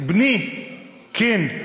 "בני כן.